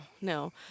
no